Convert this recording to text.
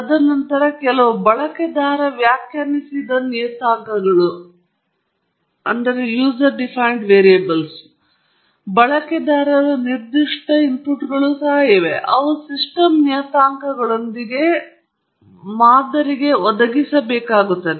ತದನಂತರ ಕೆಲವು ಬಳಕೆದಾರ ವ್ಯಾಖ್ಯಾನಿಸಿದ ನಿಯತಾಂಕಗಳು ಮತ್ತು ಬಳಕೆದಾರ ನಿರ್ದಿಷ್ಟ ಇನ್ಪುಟ್ಗಳೂ ಸಹ ಇವೆ ಅವು ಸಿಸ್ಟಮ್ ನಿಯತಾಂಕಗಳೊಂದಿಗೆ ಮಾದರಿಗೆ ಒದಗಿಸಬೇಕಾಗುತ್ತದೆ